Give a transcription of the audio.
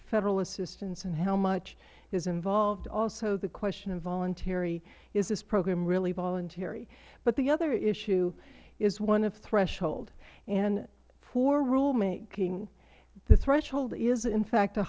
federal assistance and how much is involved also the question of voluntary is this program really voluntary but the other issue is one of threshold and for rulemaking the threshold is in fact